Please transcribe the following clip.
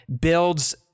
builds